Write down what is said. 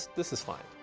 this is fine,